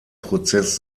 prozess